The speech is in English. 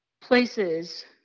places